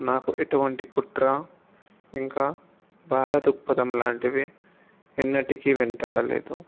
నాకు ఎటువంటి కుట్ర ఇంకా బాధా దృక్పథం లాంటివి ఎన్నటికీ వెంటాడలేదు